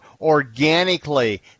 organically